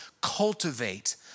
cultivate